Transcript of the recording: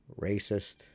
racist